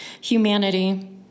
humanity